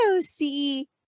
see